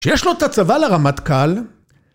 שיש לו את הצבא לרמטכ"ל